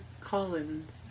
Collins